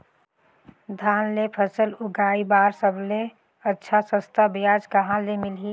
धान के फसल उगाई बार सबले अच्छा सस्ता ब्याज कहा ले मिलही?